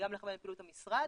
לכוון את פעילות המשרד